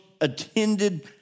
attended